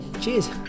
Cheers